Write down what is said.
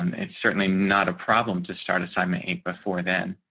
um it's certainly not a problem to start assignment eight before then.